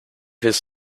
his